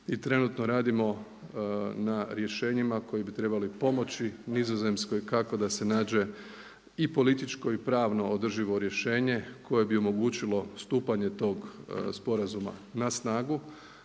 Trenutno radimo na rješenjima koja bi trebala pomoći Nizozemskoj kako da se nađe i političko i pravno održivo rješenje koje bi omogućilo stupanje tog sporazuma na snagu,